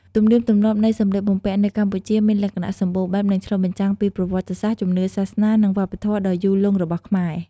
ទំនៀមទម្លាប់នៃសម្លៀកបំពាក់នៅកម្ពុជាមានលក្ខណៈសម្បូរបែប និងឆ្លុះបញ្ចាំងពីប្រវត្តិសាស្ត្រ ជំនឿសាសនា និងវប្បធម៌ដ៏យូរលង់របស់ខ្មែរ។